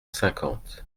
cinquante